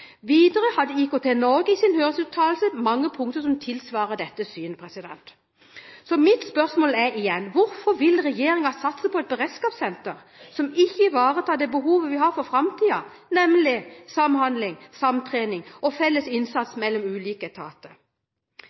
i sin høringsuttalelse mange punkter som tilsvarer dette syn. Så mitt spørsmål er igjen: Hvorfor vil regjeringen satse på et beredskapssenter som ikke ivaretar det behovet vi har i framtiden, nemlig samhandling, samtrening og felles innsats mellom ulike etater?